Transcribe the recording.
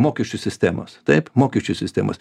mokesčių sistemos taip mokesčių sistemos